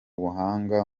buhanga